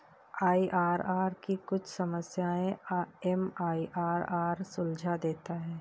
IRR की कुछ समस्याएं एम.आई.आर.आर सुलझा देता है